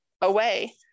away